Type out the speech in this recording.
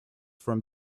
from